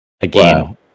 Again